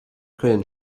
können